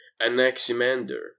Anaximander